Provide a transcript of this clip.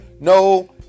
no